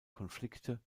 konflikte